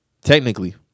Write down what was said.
Technically